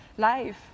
Life